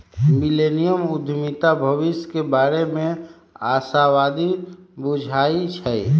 millennium उद्यमीता भविष्य के बारे में आशावादी बुझाई छै